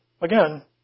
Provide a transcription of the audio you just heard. Again